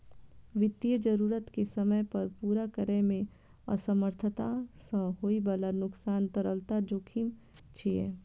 वित्तीय जरूरत कें समय पर पूरा करै मे असमर्थता सं होइ बला नुकसान तरलता जोखिम छियै